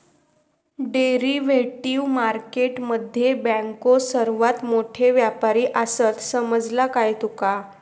Derivative market मध्ये बँको सर्वात मोठे व्यापारी आसात, समजला काय तुका?